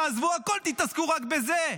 תעזבו הכול, תתעסקו רק בזה.